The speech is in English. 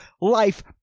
life